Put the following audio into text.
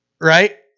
Right